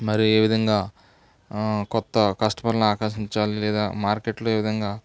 మరి ఏ విధంగా కొత్త కస్టమర్లని ఆకర్షించాలి లేదా మార్కెట్లో ఏ విధంగా